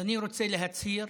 אז אני רוצה להצהיר,